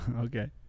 Okay